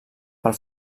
pel